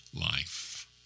life